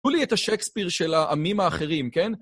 תנו לי את השקספיר של העמים האחרים, כן?